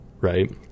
right